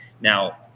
Now